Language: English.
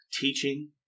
teaching